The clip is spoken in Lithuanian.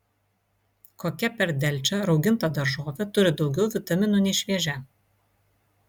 kokia per delčią rauginta daržovė turi daugiau vitaminų nei šviežia